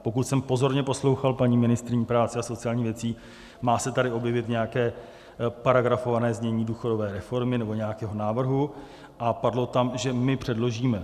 Pokud jsem pozorně poslouchal paní ministryni práce a sociálních věcí, má se tady objevit nějaké paragrafované znění důchodové reformy, nebo nějakého návrhu, a padlo tam, že my předložíme.